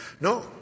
No